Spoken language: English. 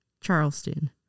Charleston